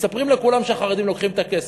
מספרים לכולם שהחרדים לוקחים את הכסף.